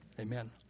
Amen